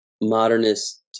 modernist